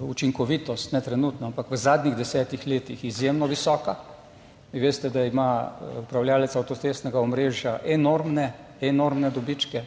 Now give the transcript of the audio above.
učinkovitost - ne trenutno, ampak v zadnjih desetih letih - izjemno visoka. Veste, da ima upravljavec avtocestnega omrežja enormne dobičke,